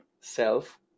self